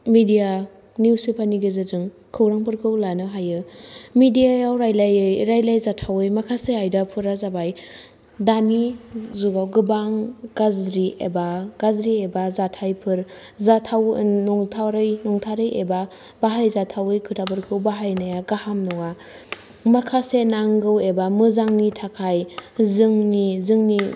media news पेपारनि गेजेरजों खौरांफोरखौ लानो हायो मिडियायाव राइलायजाथावै माखासे आयदाफोरा जाबाय दानि जुगाव गोबां गाज्रि एबा गाज्रि एबा जाथायफोर जाथावै नंथारै नंथारै एबा बाहाय जाथावै खोथाफोरखौ बाहायनाया गाहाम नङा माखासे नांगौ एबा मोजांनि थाखाय जोंनि